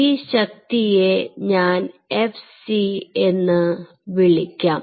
ഈ ശക്തിയെ ഞാൻ fc എന്ന് വിളിക്കാം